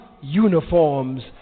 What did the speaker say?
uniforms